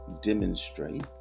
demonstrate